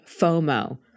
FOMO